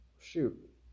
Shoot